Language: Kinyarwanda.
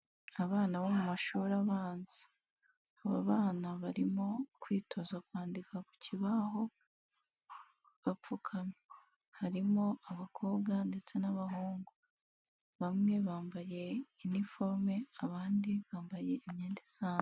Abana bo mu mashuri abanza aba bana barimo kwitoza kwandika ku kibaho bapfukamye, harimo abakobwa ndetse n'abahungu bamwe bambaye iniforume abandi bambaye imyenda isanzwe.